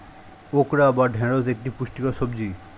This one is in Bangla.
ওকরা বা ঢ্যাঁড়স একটি পুষ্টিকর সবজি